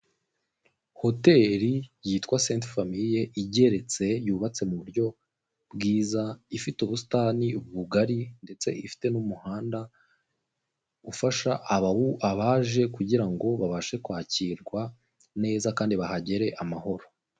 Hoteri yitwa senti famiye igeretse yubatse mu buryo bwiza, ifite ubusitani bugari ndetse ifite n'umuhanda ufasha abaje kugira ngo babashe kwakirwa neza kandi bahagere amahoro.